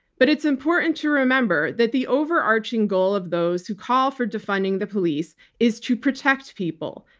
but it's important to remember that the overarching goal of those who call for defunding the police is to protect people.